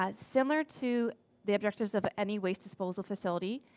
ah similar to the objectives of any waste disposal facility,